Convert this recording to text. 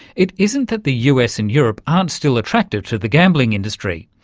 it isn't that the us and europe aren't still attractive to the gambling industry,